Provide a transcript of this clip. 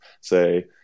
say